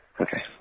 Okay